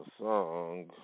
song